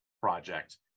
project